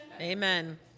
Amen